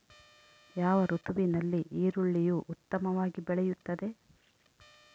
ಯಾವ ಋತುವಿನಲ್ಲಿ ಈರುಳ್ಳಿಯು ಉತ್ತಮವಾಗಿ ಬೆಳೆಯುತ್ತದೆ?